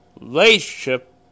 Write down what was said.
Relationship